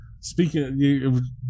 Speaking